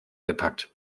gepackt